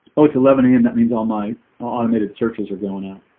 oh, it's eleven a m. that means all my automated searches are going up